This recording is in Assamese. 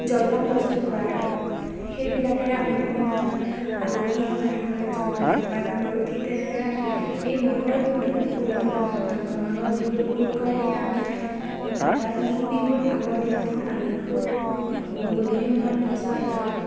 জলপান প্ৰস্তুত কৰা হয় সেইবিলাকেৰে আমি বিভিন্ন ধৰণৰ আলহী ইঘৰে সিঘৰত যোৱাক আমি আপ্যায়ন কৰোঁ ঠিক তেনেদৰে আমি এই মাঘৰ বিহুটো খুব উলহ মালহেৰে পালন কৰোঁ মাঘৰ বিহুৰ উৰুকাৰ দিনা আমি অৰ্থাৎ মেইন বিহুৰ আগৰ দিনাখন আমি খুব গধূলি সময়ত ভোজ ভাত খাওঁ